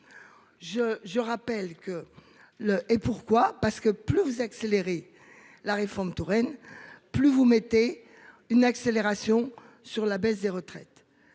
je rappelle que le et. Pourquoi, parce que plus vous accélérer. La réforme Touraine. Plus vous mettez une accélération sur la baisse des retraites.